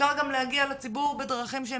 אפשר גם להגיע לציבור בדרכים שהן